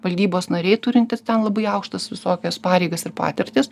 valdybos nariai turintys ten labai aukštas visokias pareigas ir patirtis